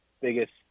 biggest